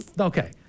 okay